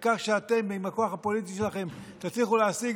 העיקר שאתם עם הכוח הפוליטי שלכם תצליחו להשיג